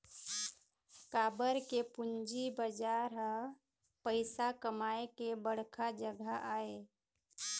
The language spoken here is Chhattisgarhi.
काबर के पूंजी बजार ह पइसा कमाए के बड़का जघा आय